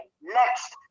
next